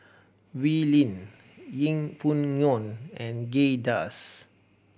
Wee Lin Yeng Pway Ngon and Kay Das